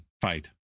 fight